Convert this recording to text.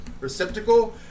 receptacle